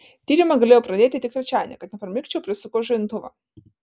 tyrimą galėjau pradėti tik trečiadienį kad nepramigčiau prisukau žadintuvą